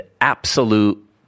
absolute